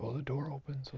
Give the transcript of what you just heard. the door opened, so